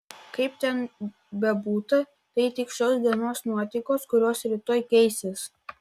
kaip ten bebūtų tai tik šios dienos nuotaikos kurios rytoj keisis